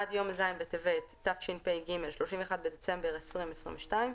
עד יום ז' בטבת התשפ"ג (31 בדצמבר 2022),